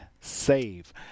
save